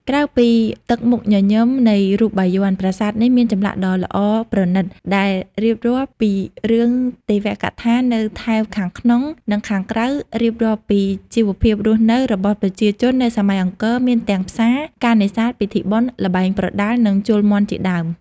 ក្រៅពីទឹកមុខញញឹមនៃរូបបាយ័ន ប្រាសាទនេះមានចម្លាក់ដ៏ល្អប្រណីត ដែលរៀបរាប់ពីរឿងទេវកថានៅថែវខាងក្នុង និងខាងក្រៅរៀបរាប់ពីជីវភាពរស់នៅរបស់ប្រជាជននៅសម័យអង្គរមានទាំងផ្សារ ការនេសាទ ពិធីបុណ្យ ល្បែងប្រដាល់ និងជល់មាន់ជាដើម។